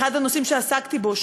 אחד הנושאים שעסקתי בו,